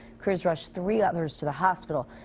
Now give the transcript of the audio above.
crews rushed three others to the hospital.